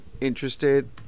interested